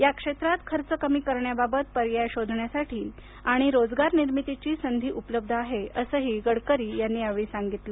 या क्षेत्रात खर्च कमी करण्याबाबत पर्याय शोधण्यासाठी आणि रोजगार निर्मितीची संधी उपलब्ध आहे असंही गडकरी यांनी यावेळी सांगितलं